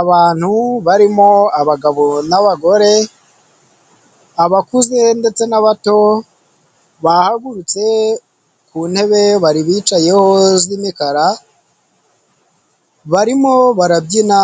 Abantu barimo abagabo n'abagore, abakuze ndetse n'abato bahagurutse ku ntebe bari bicayeho z'imikara barimo barabyina